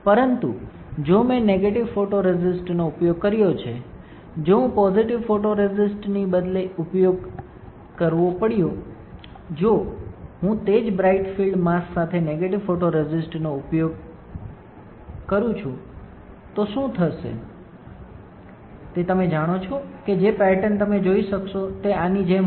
પરંતુ જો મેં નેગેટિવ ફોટોરેસિસ્ટનો ઉપયોગ કર્યો છે જો હું પોઝિટિવ ફોટોરેસિસ્ટની બદલે ઉપયોગ કરવો પડ્યો જો હું તે જ બ્રાઇટ ફીલ્ડ માસ્ક સાથે નેગેટિવ ફોટોરેસ્ટનો ઉપયોગ કરું છું તો શું થશે તે તમે જાણો છો કે જે પેટર્ન તમે જોઈ શકશો તે આની જેમ હશે